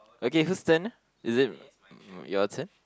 okay whose turn is it your turn